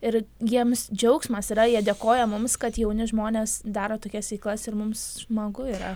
ir jiems džiaugsmas yra jie dėkoja mums kad jauni žmonės daro tokias veiklas ir mums smagu yra